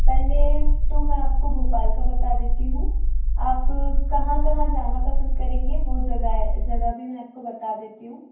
पहले तो मैं आपको भोपाल का बता देती हूँ आप कहाँ कहाँ जाना पसंद करेंगे वो जगाहें जगह भी मैं आपको बता देती हूँ